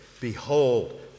Behold